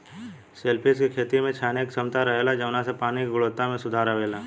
shellfish के खेती में छाने के क्षमता रहेला जवना से पानी के गुणवक्ता में सुधार अवेला